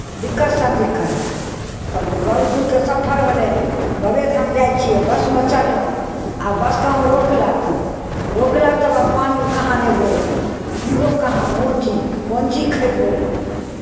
दिक्कत सन दिक्कत तब बहुत दूरके सफर होलै बाबेधाम जाइ छियै बसमे चढ़लहुँ आ बस कहोँ रोकलक रोकलक तब आब पानी कहाँ लेबहो पीबहो कहाँ कोनचीज कोनचीज खयबहो